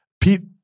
Pete